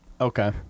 okay